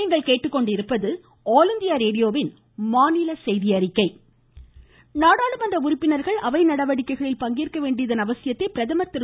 நரேந்திரமோடி நாடாளுமன்ற உறுப்பினர்கள் அவை நடவடிக்கைகளில் பங்கேற்க வேண்டியதன் அவசியத்தை பிரதமர் திரு